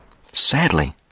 Sadly